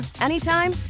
anytime